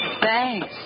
Thanks